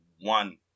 one